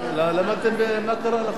למה לא משתנה?